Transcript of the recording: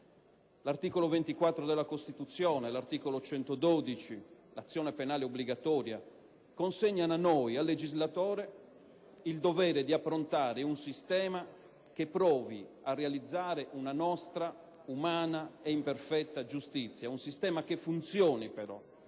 articoli 24 e 112 della Costituzione, quest'ultimo relativo all'azione penale obbligatoria, consegnano a noi, al legislatore, il dovere di approntare un sistema che provi a realizzare una nostra umana ed imperfetta giustizia, però un sistema che funzioni,